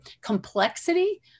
complexity